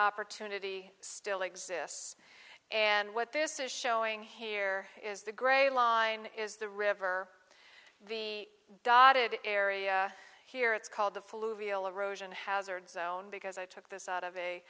opportunity still exists and what this is showing here is the gray line is the river the dotted area here it's called the flu real erosion hazard zone because i took this out of a